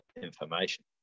information